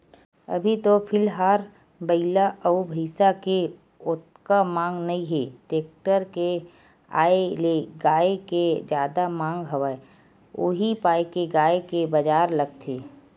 अभी तो फिलहाल बइला अउ भइसा के ओतका मांग नइ हे टेक्टर के आय ले गाय के जादा मांग हवय उही पाय के गाय के बजार लगथे